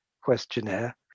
questionnaire